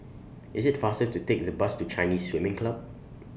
IS IT faster to Take The Bus to Chinese Swimming Club